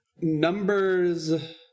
Numbers